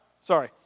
Sorry